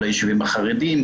כל הישובים החרדיים,